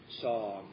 song